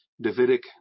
Davidic